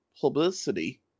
publicity